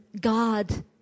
God